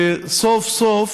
שסוף-סוף